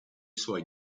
suoi